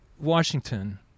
Washington